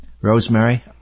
Rosemary